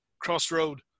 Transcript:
crossroad